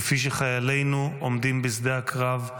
כפי שחיילינו עומדים בשדה הקרב,